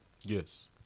Yes